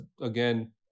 again